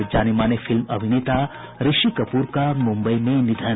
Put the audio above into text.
और जाने माने फिल्म अभिनेता ऋषि कपूर का मुंबई में निधन